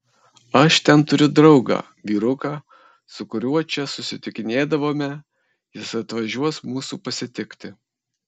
aš ten turiu draugą vyruką su kuriuo čia susitikinėdavome jis atvažiuos mūsų pasitikti